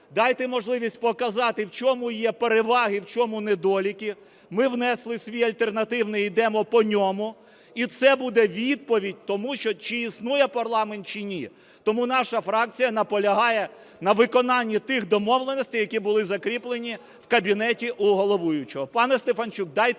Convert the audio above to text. дайте можливість показати, в чому є переваги, в чому – недоліки, ми внесли свій альтернативний, йдемо по ньому. І це буде відповідь тому, чи існує парламент, чи ні. Тому наша фракція наполягає на виконанні тих домовленостей, які були закріплені в кабінеті у головуючого. Пане Стефанчук, дайте